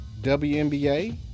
WNBA